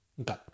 Okay